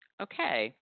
Okay